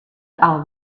are